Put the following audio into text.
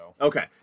Okay